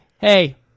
hey